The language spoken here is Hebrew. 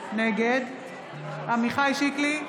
נגד עמיחי שיקלי,